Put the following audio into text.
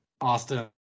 austin